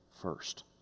first